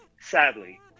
sadly